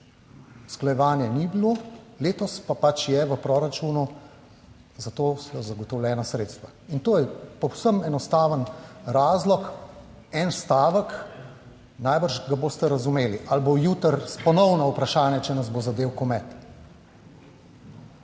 Usklajevanje ni bilo, letos pa pač je v proračunu, za to so zagotovljena sredstva. In to je povsem enostaven razlog en stavek, najbrž ga boste razumeli. Ali bo jutri ponovno vprašanje, če nas bo zadel komet?